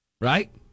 right